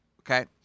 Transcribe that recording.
okay